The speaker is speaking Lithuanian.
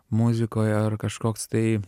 muzikoje ar kažkoks tai